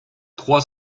trois